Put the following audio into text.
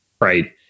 Right